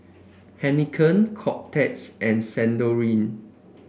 Heinekein Kotex and Sensodyne